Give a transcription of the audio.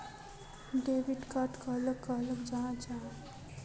Debit card कहाक कहाल जाहा जाहा?